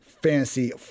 fantasy